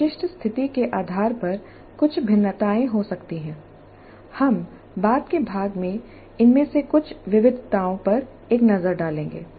विशिष्ट स्थिति के आधार पर कुछ भिन्नताएं हो सकती हैं हम बाद के भाग में इनमें से कुछ विविधताओं पर एक नज़र डालेंगे